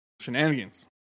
shenanigans